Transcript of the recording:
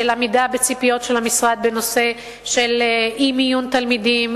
של עמידה בציפיות של המשרד בנושא של אי-מיון תלמידים,